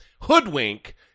hoodwink